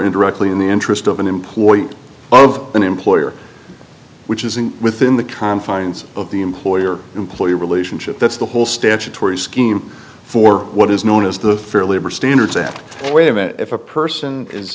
indirectly in the interest of an employee of an employer which isn't within the confines of the employer employee relationship that's the whole statutory scheme for what is known as the fair labor standards act way of if a person is